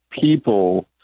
people